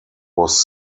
was